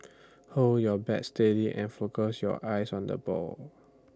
hold your bat steady and focus your eyes on the ball